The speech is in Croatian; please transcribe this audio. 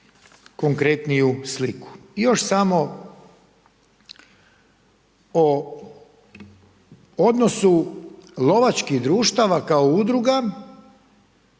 konkretniju sliku. I još samo o odnosu lovačkih društava kao udruga